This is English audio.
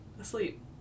Asleep